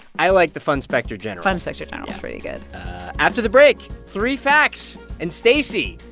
i like the funspector general funspector general's pretty good after the break, three facts, and stacey,